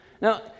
Now